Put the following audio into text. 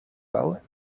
bouwen